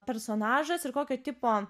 personažas ir kokio tipo